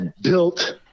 built